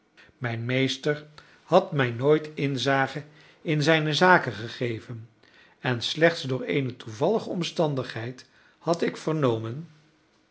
mijn meester had mij nooit inzage in zijne zaken gegeven en slechts door eene toevallige omstandigheid had ik vernomen